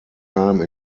time